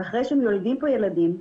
ואחרי שהם יולדים פה ילדים,